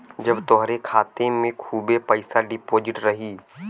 जब तोहरे खाते मे खूबे पइसा डिपोज़िट रही